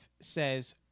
says